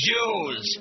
Jews